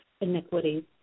iniquities